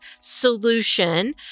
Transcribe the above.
solution